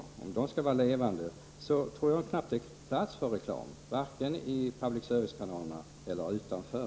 Skall de målen vara levande tror jag knappt det finns plats för reklam, varken i public service-kanalerna eller utanför.